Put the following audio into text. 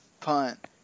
punt